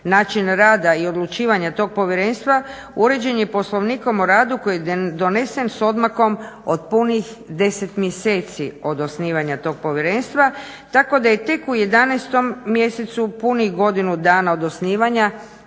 način rada i odlučivanja tog povjerenstva uređen je poslovnikom o radu koji je donesen s odmakom od punih 10 mjeseci od osnivanja tog povjerenstva, tako da je tek u 11. mjesecu punih godinu dana od osnivanja